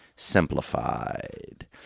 Simplified